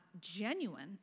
genuine